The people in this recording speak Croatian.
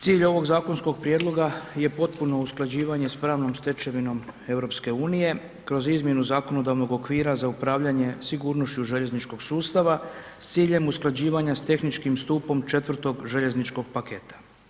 Cilj ovog zakonskog prijedloga je potpuno usklađivanje s pravnom stečevinom EU kroz izmjenu zakonodavnog okvira za upravljanje sigurnošću željezničkog sustava s ciljem usklađivanja s tehničkim stupom 4. željezničkog paketa.